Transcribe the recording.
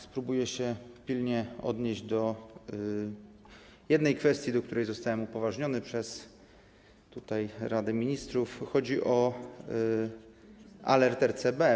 Spróbuję się pilnie odnieść do jednej kwestii, do której zostałem upoważniony przez Radę Ministrów, chodzi o alert RCB.